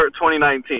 2019